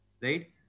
right